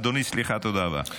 אדוני, סליחה, תודה רבה.